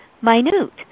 minute